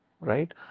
right